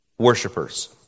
Worshippers